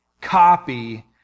copy